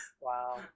Wow